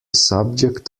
subject